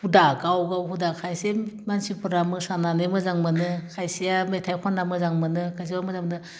हुदा गाव गाव हुदा खायसे मानसिफोरा मोसानानै मोजां मोनो खायसेया मेथाइ खन्ना मोजां मोनो खायसे मोजां मोनो